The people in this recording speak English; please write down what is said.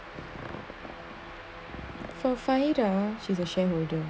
for fahira she's a shareholder